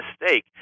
mistake